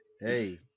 hey